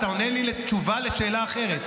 אתה עונה לי תשובה על שאלה אחרת.